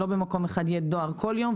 שלא במקום אחד יהיה דואר כל יום,